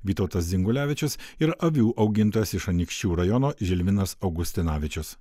vytautas dzingulevičius ir avių augintojas iš anykščių rajono žilvinas augustinavičius